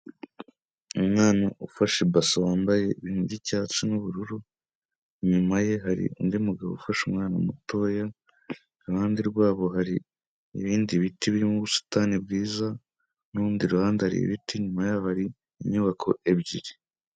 Umwana ufashe ibase wambaye ibintu by'icyatsi n'ubururu, inyuma ye hari undi mugabo ufashe umwana mutoya, iruhande rwabo hari ibindi biti birimo ubusitani bwiza n'urundi ruhande hari ibiti, inyuma yabo hari inyubako ebyiri.